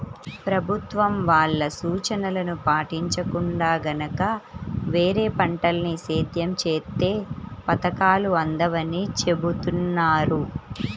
ప్రభుత్వం వాళ్ళ సూచనలను పాటించకుండా గనక వేరే పంటల్ని సేద్యం చేత్తే పథకాలు అందవని చెబుతున్నారు